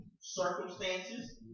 Circumstances